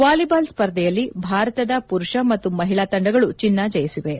volleyball ಸ್ಪರ್ಧೆಯಲ್ಲಿ ಭಾರತದ ಪುರುಷ ಮತ್ತು ಮಹಿಳಾ ತಂಡಗಳು ಚಿನ್ನ ಜಯಿಸಿವೆ